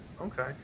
Okay